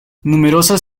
numerosas